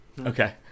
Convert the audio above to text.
Okay